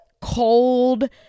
cold